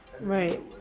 Right